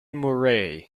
murray